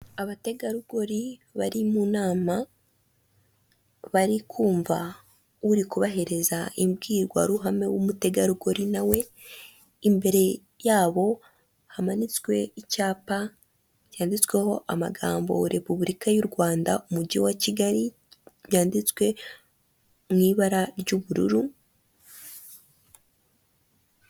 Abategarugori bari mu nama barikumva uri kubahireza imbwirwaruhame w'umutegarugori na we, imbere yabo hamanitswe icyapa cyanditsweho amagambo repubulika y'u Rwanda umujyi wa Kigali byanditswe mu ibara ry'ubururu.